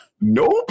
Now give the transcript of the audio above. Nope